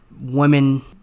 women